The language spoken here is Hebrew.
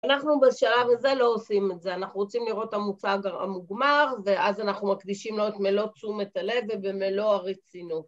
אנחנו בשלב הזה לא עושים את זה, אנחנו רוצים לראות המוצג המוגמר ואז אנחנו מקדישים לו את מלוא תשומת הלב ובמלוא הרצינות.